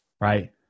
Right